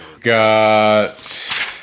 Got